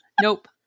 nope